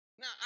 Now